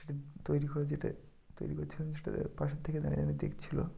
সেটা তৈরি করে যেটায় তৈরি করছিলেন সেটা তারা পাশে থেকে দাঁড়িয়ে দাঁড়িয়ে দেখছিলো